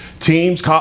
teams